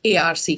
ARC